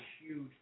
huge